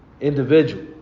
individual